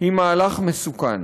היא מהלך מסוכן.